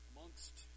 Amongst